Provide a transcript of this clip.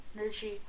energy